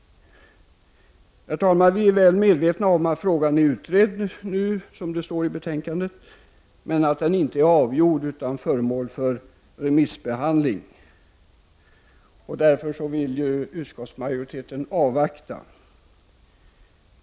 Herr talman! Vi är väl medvetna om att frågan nu är utredd, som det står i betänkandet, men att den inte är avgjord utan föremål för remissbehandling. Därför vill utskottsmajoriteten avvakta.